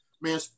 man